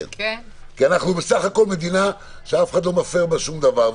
כי אנחנו בסך הכול מדינה שאף אחד לא מפר בה שום דבר,